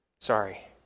Sorry